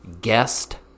guest